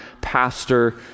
pastor